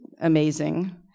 amazing